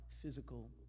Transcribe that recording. physical